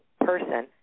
person